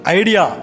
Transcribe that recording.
idea